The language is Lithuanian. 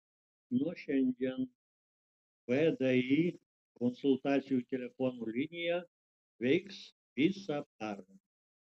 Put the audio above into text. nuo šiandien vdi konsultacijų telefonu linija veiks visą parą